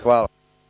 Hvala.